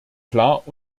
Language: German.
klar